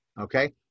okay